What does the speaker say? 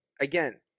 again